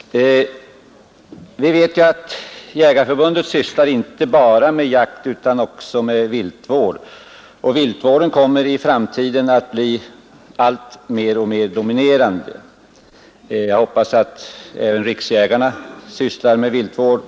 Vi vet att man i Svenska jägareförbundet inte bara sysslar med jakt utan också med viltvård. Efter vad jag förstått sysslar man också med viltvård inom Jägarnas riksförbund Landsbygdens jägare.